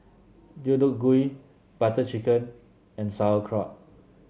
Deodeok Gui Butter Chicken and Sauerkraut